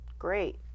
great